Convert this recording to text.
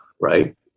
right